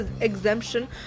exemption